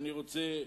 אני רוצה לומר,